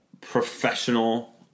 professional